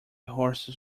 horses